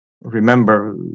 Remember